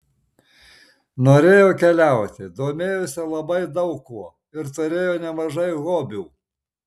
norėjo keliauti domėjosi labai daug kuo ir turėjo nemažai hobių